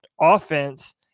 offense